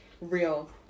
real